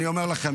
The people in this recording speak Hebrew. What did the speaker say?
אני אומר לכם,